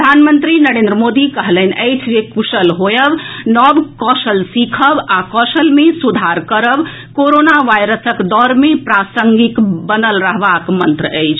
प्रधानमंत्री नरेंद्र मोदी कहलनि अछि जे कुशल होएब नव कौशल सीखब आ कौशल मे सुधार करब कोरोना वायरसक दौर मे प्रासंगिक बनल रहबाक मंत्र अछि